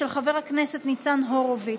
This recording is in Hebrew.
של חבר הכנסת ניצן הורוביץ.